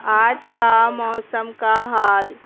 آج کا موسم کا حال